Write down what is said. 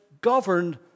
governed